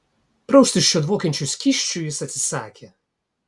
praustis šiuo dvokiančiu skysčiu jis atsisakė